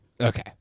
Okay